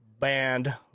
Band